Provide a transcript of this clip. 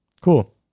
Cool